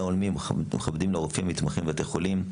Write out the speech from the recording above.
הולמים ומכבדים לרופאים ולמתמחים בבתי החולים.